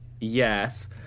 Yes